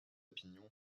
pignon